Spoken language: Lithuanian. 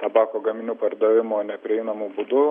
tabako gaminių pardavimo neprieinamu būdu